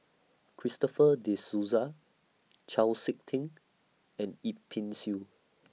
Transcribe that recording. Christopher De Souza Chau Sik Ting and Yip Pin Xiu